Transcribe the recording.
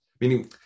meaning